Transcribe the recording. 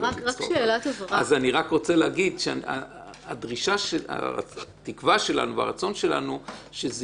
אז אני רק רוצה להגיד שהתקווה והרצון שלנו שזה